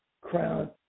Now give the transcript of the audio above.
crown